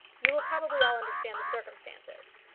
you will probably all understand the circumstances.